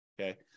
Okay